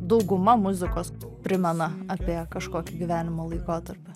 dauguma muzikos primena apie kažkokį gyvenimo laikotarpį